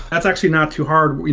that's actually not too hard.